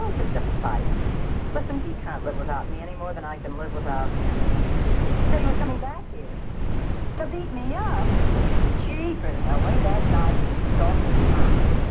um just a fight less and he can't live without me any more than i can live without him so he was coming back here to beat me up she burst our way that guy shoots off his mouth.